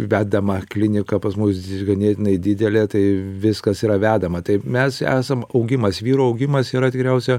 vedama klinika pas mus ganėtinai didelė tai viskas yra vedama taip mes esam augimas vyrų augimas yra tikriausia